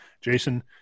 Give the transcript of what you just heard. Jason